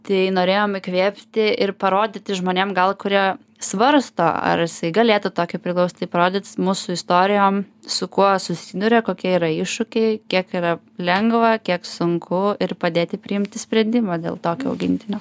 tai norėjom įkvėpti ir parodyti žmonėm gal kurie svarsto ar jisai galėtų tokį priglausti tai parodyt mūsų istorijom su kuo susiduria kokie yra iššūkiai kiek yra lengva kiek sunku ir padėti priimti sprendimą dėl tokio augintinio